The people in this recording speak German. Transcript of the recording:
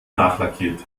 nachlackiert